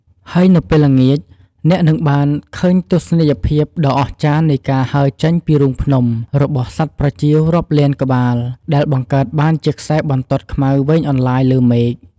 ហើយនៅពេលល្ងាច អ្នកនឹងបានឃើញទស្សនីយភាពដ៏អស្ចារ្យនៃការហើរចេញពីរូងភ្នំរបស់សត្វប្រចៀវរាប់លានក្បាល ដែលបង្កើតបានជាខ្សែបន្ទាត់ខ្មៅវែងអន្លាយលើមេឃ។